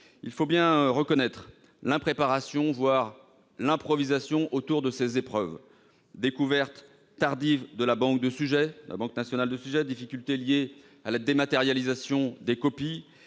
Il faut bien reconnaître l'impréparation, pour ne pas dire l'improvisation, autour de ces épreuves : ouverture tardive de la banque de sujets, difficultés liées à la dématérialisation des copies,